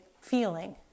feeling